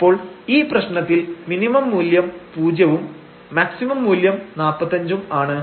അപ്പോൾ ഈപ്രശ്നത്തിൽ മിനിമം മൂല്യം പൂജ്യവും മാക്സിമം മൂല്യം 45 ഉം ആണ്